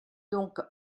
donc